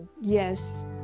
Yes